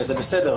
וזה בסדר,